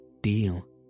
deal